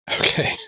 Okay